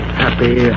happy